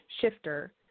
shifter